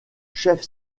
chef